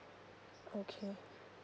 okay